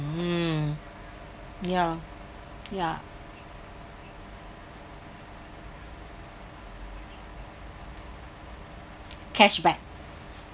mm ya ya cashback